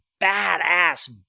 badass